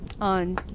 on